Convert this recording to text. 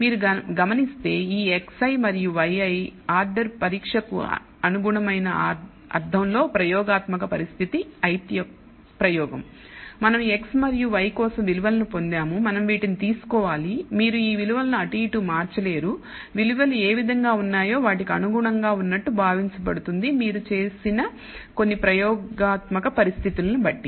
మీరు గమనిస్తే ఈ xi మరియు yi ఆర్డర్ పరీక్షకు అనుగుణమైన అర్థంలో ప్రయోగాత్మక పరిస్థితి ith ప్రయోగం మనం x మరియు y కోసం విలువలను పొందాముమనం వీటిని తీసుకోవాలి మీరు ఈ విలువలను అటు ఇటు మార్చలేరు విలువలు ఏ విధంగా ఉన్నాయో వాటికి అనుగుణంగా ఉన్నట్లు భావించబడుతుంది మీరు చేసిన కొన్ని ప్రయోగాత్మక పరిస్థితులను బట్టి